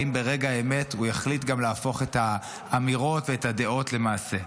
ברגע האמת הוא יחליט גם להפוך את האמירות ואת הדעות למעשה.